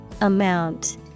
amount